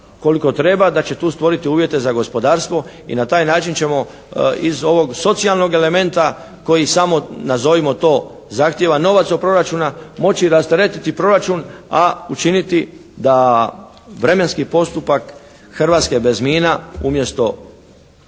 koliko treba, da će tu stvoriti uvjete za gospodarstvo i na taj način ćemo iz ovog socijalnog elementa koji samo nazovimo to zahtjeva novac od proračuna, moći rasteretiti proračun, a učiniti da vremenski postupak "Hrvatske bez mina" umjesto